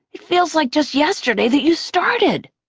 it feels like just yesterday that you started.